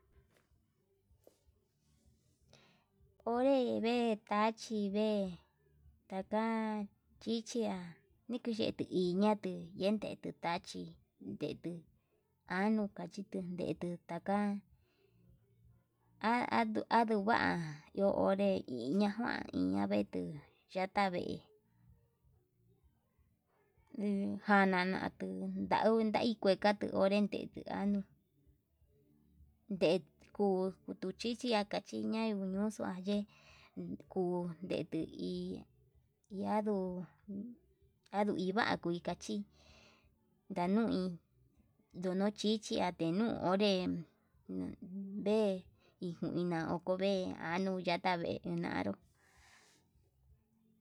Onré vee tachí vee taka xhichia nikexhete inia tuu, yene tuu tachi detuu anuu kachitu yetuu taka ha a nduava ndejinia njuan ndejinia, vee tuu yata vee nuu jana natuu ndau kuekatuu onre tetunu ndetu tuchichia akatuxua yee kuu ndetui ndiaduu andui iva'a ika chí ndanui nduu chichi atenuu onré vee injuina oko vee anuya tavee nanró.